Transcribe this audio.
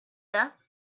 depth